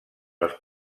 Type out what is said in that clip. els